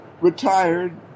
Retired